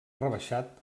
rebaixat